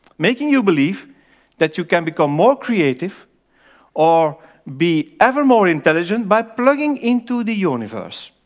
making you believe that you can become more creative or be ever more intelligent by plugging into the universe.